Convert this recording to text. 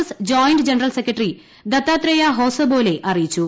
S joint general secretary Dattatreya Hosabale അറിയിച്ചു